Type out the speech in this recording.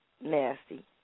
Nasty